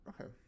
Okay